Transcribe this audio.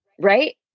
Right